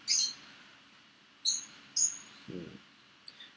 mm